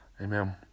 amen